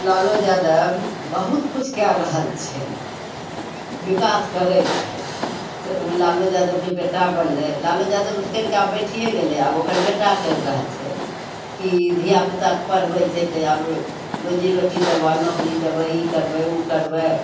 लालू यादव बहुत किछु कै रहल छै विकास करै छै लालू यादवके बेटा बनलै लालू यादव तऽ करिके आब बैठिए गेलै आब ओकर बेटा करि रहल छै कि धिआपुताके पढ़बै छै तऽ आब रोजी रोटी देबऽ नौकरी देबऽ ई करबै ओ करबै